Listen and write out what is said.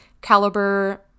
caliber